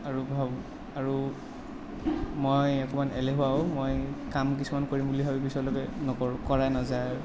আৰু ধৰক আৰু মই অকমাণ এলেহুৱাও মই কাম কিছুমান কৰিম বুলি ভাবি পিছলৈকে নকৰোঁ কৰাই নাযায় আৰু